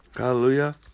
Hallelujah